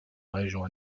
région